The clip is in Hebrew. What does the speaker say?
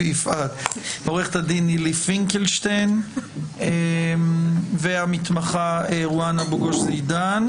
עורכת הדין נילי פינקלשטיין והמתמחה רואן אבו גוש זיידן.